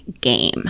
game